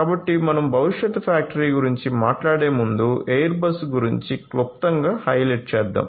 కాబట్టి మనం భవిష్యత్ ఫ్యాక్టరీ గురించి మాట్లాడే ముందు ఎయిర్ బస్ గురించి క్లుప్తంగా హైలైట్ చేద్దాం